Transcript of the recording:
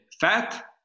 fat